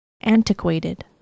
Antiquated